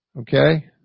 okay